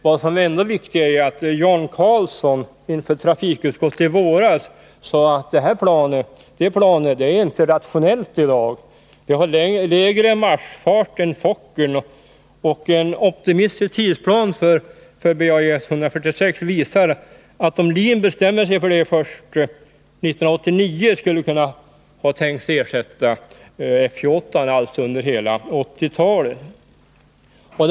Vad som är ännu viktigare 4 är att Jan Carlzon inför trafikutskottet i våras sade att det planet inte är rationellt i dag, eftersom det har lägre marschfart än Fokker. En optimistisk tidplan för BAE-146 visar att om LIN bestämmer sig för det, skulle det först 1989 kunna tänkas ersätta F 28, som alltså blir kvar under hela 1980 talet.